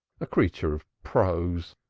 a creature of prose!